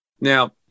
Now